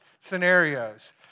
scenarios